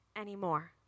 anymore